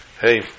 hey